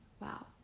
Wow